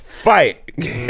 Fight